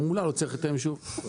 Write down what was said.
גם מולה לא צריך לתאם אישור.